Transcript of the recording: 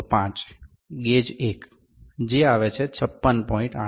005 Gauge1 gauge 1 56